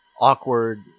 awkward